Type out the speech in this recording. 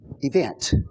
event